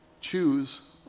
choose